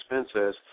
expenses